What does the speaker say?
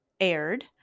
aired